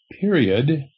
period